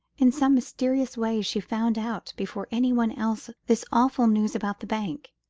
in some mysterious way she found out before any one else this awful news about the bank.